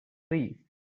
trees